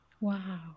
Wow